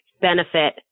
benefit